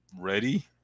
ready